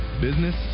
Business